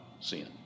sin